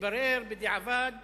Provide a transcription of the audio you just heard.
התברר בדיעבד